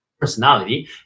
personality